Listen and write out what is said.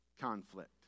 conflict